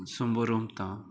संबरमता